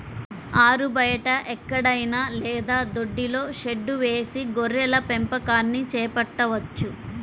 ఆరుబయట ఎక్కడైనా లేదా దొడ్డిలో షెడ్డు వేసి గొర్రెల పెంపకాన్ని చేపట్టవచ్చు